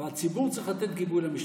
והציבור צריך לתת גיבוי למשטרה.